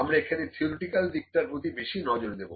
আমরা এখানে থিওরিটিক্যাল দিকটার প্রতি বেশি নজর দেব